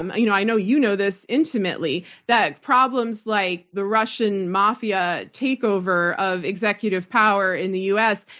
um and you know i know you know this intimately, that problems like the russian mafia takeover of executive power in the us,